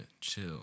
chill